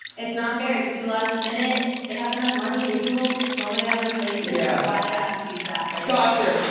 it's not fair, it's too last minute. they have enough money, they can go so many other places. yeah why'd they have to choose that place? got you,